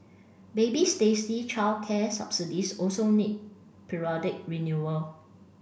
baby Stacey childcare subsidies also need periodic renewal